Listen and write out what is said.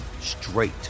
straight